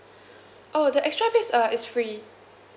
oh the extra beds uh is free